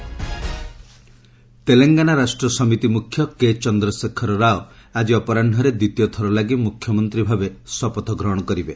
Telangana CM Rao Telangana Rashtra Samiti ମୁଖ୍ୟ K Chandrashekar Rao ଆଜି ଅପରାହ୍ନରେ ଦ୍ୱିତୀୟ ଥର ଲାଗି ମୁଖ୍ୟମନ୍ତ୍ରୀ ଭାବେ ଶପଥ ଗ୍ରହଣ କରିବେ